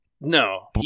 No